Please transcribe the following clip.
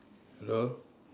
hello